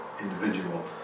individual